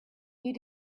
you